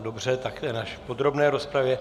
Dobře, tak až v podrobné rozpravě.